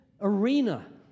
arena